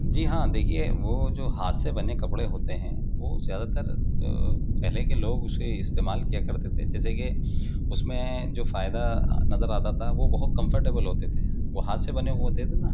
جی ہاں دیکھیے وہ جو ہاتھ سے بنے کپڑے ہوتے ہیں وہ زیادہ تر پہلے کے لوگ اسے استعمال کیا کرتے تھے جیسے کہ اس میں جو فائدہ نظر آتا تھا وہ بہت کمفرٹیبل ہوتے تھے وہ ہاتھ سے بنے ہوتے تھے نا